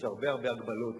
יש הרבה הרבה הגבלות,